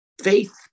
Faith